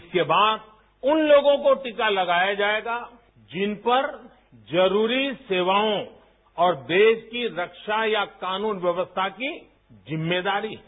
इसके बाद उन लोगों को टीका लगाया जाएगा जिन पर जरूरी सेवाओं और देश की रक्षा या कानून व्यवस्था की जिम्मेदारी है